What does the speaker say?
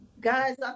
guys